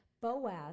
Boaz